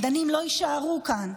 מדענים לא יוכשרו כאן,